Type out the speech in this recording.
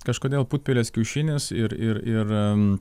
kažkodėl putpelės kiaušinis ir ir ir